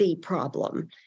problem